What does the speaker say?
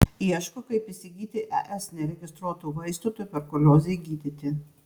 ieško kaip įsigyti es neregistruotų vaistų tuberkuliozei gydyti